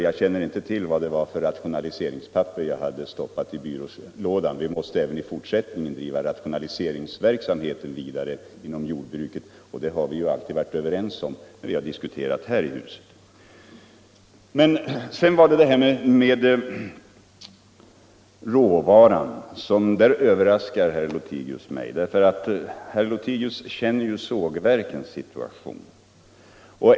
Jag känner inte till vad det var för ett rationaliseringspapper jag stoppat i byrålådan. Vi måste även i fortsättningen driva rationaliseringsverksamheten vidare inom jordbruket, och det har vi alltid varit överens om då vi diskuterat här i huset. | Herr Lothigius överraskar mig när det gäller frågan om råvaran. Herr Lothigius känner ju till sågverkens situation.